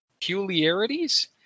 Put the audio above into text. peculiarities